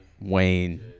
Wayne